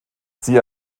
sie